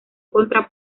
contra